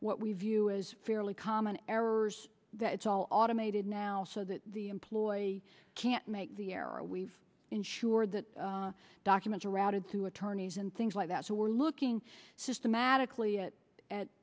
what we view as fairly common errors that it's all automated now so that the employee can't make the error we've ensured that documents are outed to attorneys and things like that so we're looking systematically it at